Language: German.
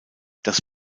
das